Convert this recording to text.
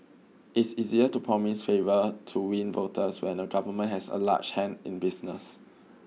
it's easier to promise favour to win voters when a government has a large hand in business